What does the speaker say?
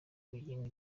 bugingo